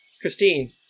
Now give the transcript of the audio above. Christine